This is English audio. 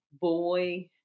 boy